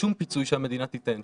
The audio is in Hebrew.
שום פיצוי שהמדינה תיתן,